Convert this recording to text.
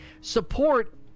support